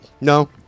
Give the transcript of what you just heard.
No